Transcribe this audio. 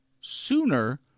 sooner